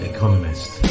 Economist